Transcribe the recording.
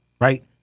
right